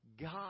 God